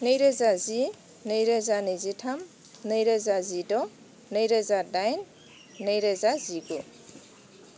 नैरोजा जि नैरोजा नैजिथाम नैरोजा जिद' नैरोजा दाइन नैरोजा जिगु